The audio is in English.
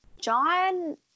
John